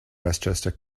westchester